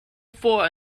four